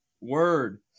Word